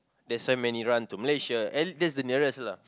that's why many run to Malaysia and that's the nearest lah